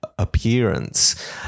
appearance